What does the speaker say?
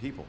people